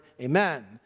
Amen